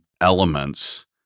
elements